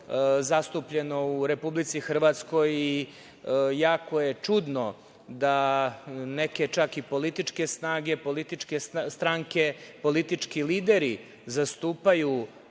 zastupljeno u Republici Hrvatskoj i jako je čudno da neke čak i političke stranke, politički lideri zastupaju takvu